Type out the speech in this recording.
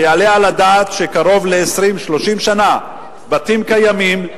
היעלה על הדעת שקרוב ל-20 30 שנה בתים קיימים,